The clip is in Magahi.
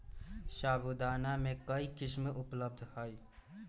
साबूदाना के कई किस्म उपलब्ध हई